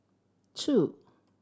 two